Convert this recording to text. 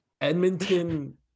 Edmonton